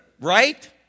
Right